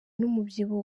n’umubyibuho